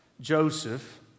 Joseph